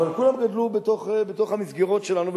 אבל כולם גדלו בתוך המסגרות שלנו,